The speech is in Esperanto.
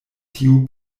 tiu